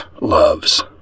loves